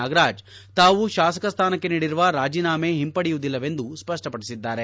ನಾಗರಾಜ್ ತಾವು ಶಾಸಕ ಸ್ವಾನಕ್ಕೆ ನೀಡಿರುವ ರಾಜೀನಾಮೆ ಹಿಮಪಡೆಯುವುದಿಲ್ಲವೆಂದು ಸ್ಪಷ್ಟಪಡಿಸಿದ್ದಾರೆ